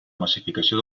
massificació